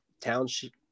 township